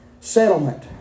settlement